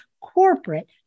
Corporate